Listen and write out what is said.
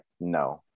no